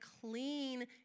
clean